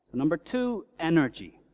number two energy.